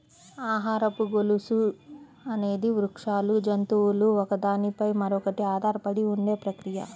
ఆహారపు గొలుసు అనేది వృక్షాలు, జంతువులు ఒకదాని పై మరొకటి ఆధారపడి ఉండే ప్రక్రియ